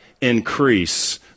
increase